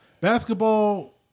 Basketball